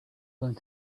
going